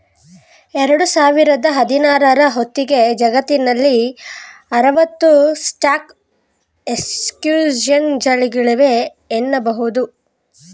ಎರಡು ಸಾವಿರದ ಹದಿನಾರ ರ ಹೊತ್ತಿಗೆ ಜಗತ್ತಿನಲ್ಲಿ ಆರವತ್ತು ಸ್ಟಾಕ್ ಎಕ್ಸ್ಚೇಂಜ್ಗಳಿವೆ ಎನ್ನುಬಹುದು